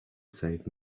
save